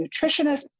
nutritionist